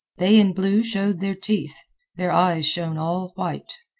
they in blue showed their teeth their eyes shone all white.